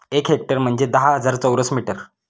एक हेक्टर म्हणजे दहा हजार चौरस मीटर